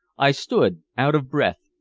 i stood out of breath,